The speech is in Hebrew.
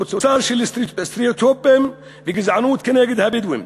תוצר של סטריאוטיפים וגזענות נגד הבדואים.